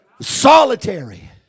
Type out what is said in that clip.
Solitary